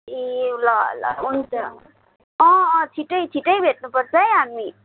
ए ल ल हुन्छ अँ अँ छिट्टै छिट्टै भेट्नुपर्छ है हामी